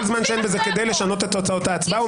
כל זמן שאין בזה כדי לשנות את תוצאות ההצבעה.